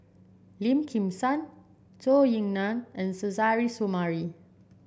Lim Kim San Zhou Ying Nan and Suzairhe Sumari